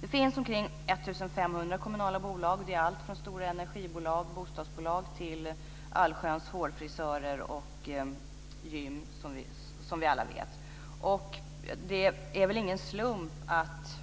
Det finns omkring 1 500 kommunala bolag. Det är allt från stora energibolag och bostadsbolag till allsköns hårfrisörer och gym, som vi alla vet. Det är väl ingen slump att